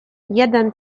jeden